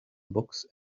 books